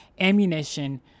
ammunition